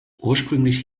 ursprünglich